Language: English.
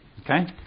Okay